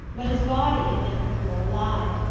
but his body had never been more alive.